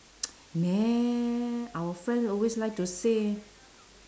neh our friend always like to say